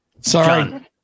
Sorry